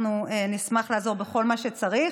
אנחנו נשמח לעזור בכל מה שצריך.